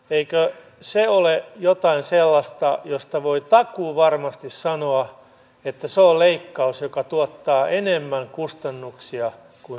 eikö se ole jotain sellaista josta voi takuuvarmasti sanoa että se on leikkaus joka tuottaa enemmän kustannuksia kuin säästöjä